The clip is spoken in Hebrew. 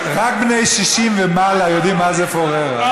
רק בני 60 ומעלה יודעים מה זה פורפרה.